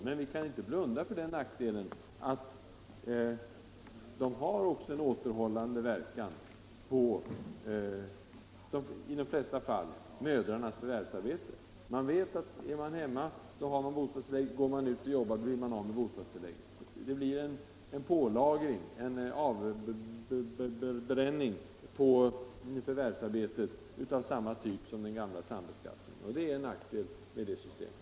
Men vi kan inte blunda för den nackdelen att de har en återhållande verkan på — i de flesta fall — mödrarnas förvärvsarbete. Är man hemma har man bostadstillägg, men börjar man jobba blir man av med bostadstilllägget. Det blir en avbränning på inkomsten av samma typ som den gamla sambeskattningen. Det är en nackdel med bostadstilläggen.